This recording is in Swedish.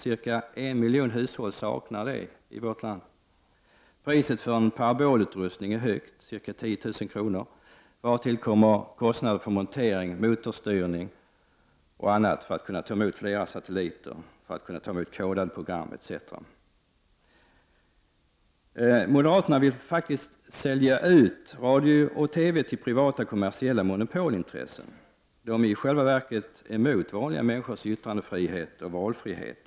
Ca 1 miljon hushåll i vårt land saknar det. Priset för en parabolutrustning är högt, ca 10 000 kr., vartill kommer kostnader för montering, motorstyrning och annat för att kunna ta emot sändningar från flera satelliter, kodade program, etc. Moderaterna vill faktiskt sälja ut radio och TV till privata, kommersiella monopolintressen. De är i själva verket emot vanliga människors yttrandefrihet och valfrihet.